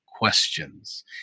questions